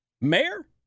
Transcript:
Mayor